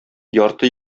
ярты